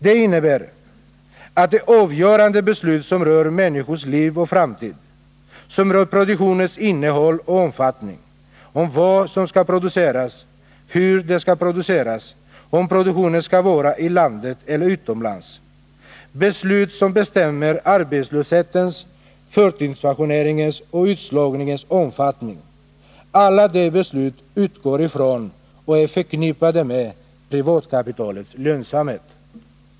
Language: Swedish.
Det innebär att de avgörande beslut som rör människornas liv och framtid, som rör produktionens innehåll och omfattning, beslut om vad som skall produceras, hur det skall produceras och om produktionen skall ligga inom landet eller utomlands, beslut som bestämmer arbetslöshetens, förtidspensioneringens och utslagningens omfattning — alla de besluten utgår ifrån och är förknippade med privatkapitalets lönsamhet.